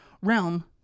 realm